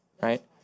right